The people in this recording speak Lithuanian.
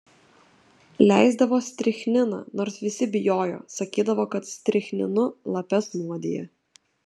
leisdavo strichniną nors visi bijojo sakydavo kad strichninu lapes nuodija